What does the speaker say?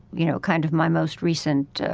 you know, kind of my most recent